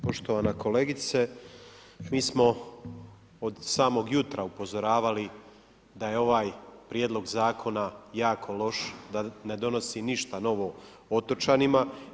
Poštovana kolegice, mi smo od samog jutra upozoravali da je ovaj prijedlog zakona jako loš, da ne donosi ništa novo otočanima.